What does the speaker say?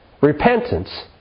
Repentance